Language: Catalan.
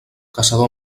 caçador